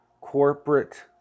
corporate